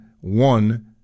one